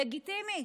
לגיטימי.